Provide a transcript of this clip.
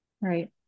Right